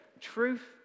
Truth